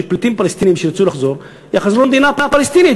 שפליטים פלסטינים שירצו לחזור יחזרו למדינה הפלסטינית,